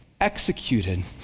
executed